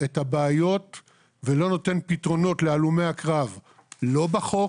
את הבעיות ולא נותן פתרונות להלומי הקרב, לא בחוק